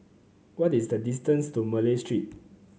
what is the distance to Malay Street